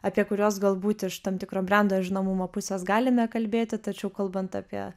apie kuriuos galbūt iš tam tikro brendo žinomumo pusės galime kalbėti tačiau kalbant apie